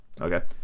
Okay